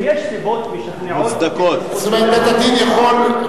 אם יש סיבות משכנעות, זאת אומרת, בית-הדין יכול.